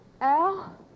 Al